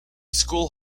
school